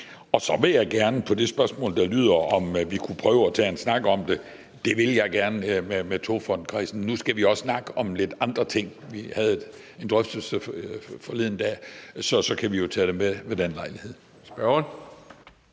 Så vil jeg gerne på det spørgsmål, der lyder, om vi kunne prøve at tage en snak om det, sige, at det vil jeg gerne med togfondkredsen. Nu skal vi også snakke om lidt andre ting. Vi havde en drøftelse forleden dag. Så kan vi jo tage det med ved den lejlighed.